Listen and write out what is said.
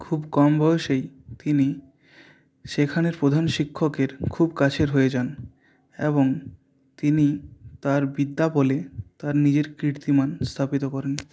খুব কম বয়সেই তিনি সেখানের প্রধান শিক্ষকের খুব কাছের হয়ে যান এবং তিনি তার বিদ্যাবলে তার নিজের কীর্তিমান স্থাপিত করেন